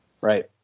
Right